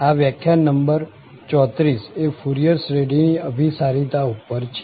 આ વ્યાખ્યાન નંબર 34 એ ફુરિયર શ્રેઢીની અભિસારિતા ઉપર છે